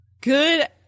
Good